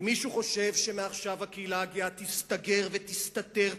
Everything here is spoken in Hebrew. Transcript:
אם מישהו חושב שמעכשיו הקהילה הגאה תסתגר ותסתתר,